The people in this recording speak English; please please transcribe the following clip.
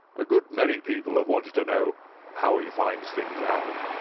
a good many people have wanted to know how he finds things out.